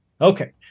Okay